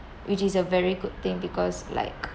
which is a very good thing because like